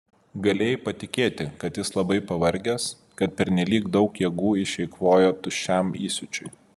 galėjai patikėti kad jis labai pavargęs kad pernelyg daug jėgų išeikvojo tuščiam įsiūčiui